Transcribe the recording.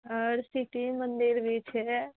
आओर सिटी मंदिर भी छै